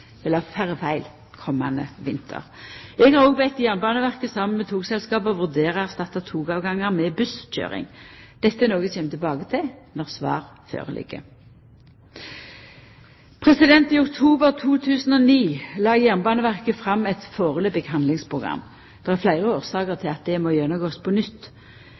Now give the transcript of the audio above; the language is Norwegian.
vil ha færre feil komande vinter. Eg har òg bede Jernbaneverket saman med togselskapa vurdera å erstatta togavganger med busskøyring. Dette er noko eg kjem tilbake til når svar ligg føre. I oktober 2009 la Jernbaneverket fram eit førebels handlingsprogram. Det er fleire årsaker til at dette må gjennomgåast på nytt.